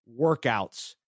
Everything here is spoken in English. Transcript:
workouts